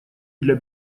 для